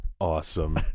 awesome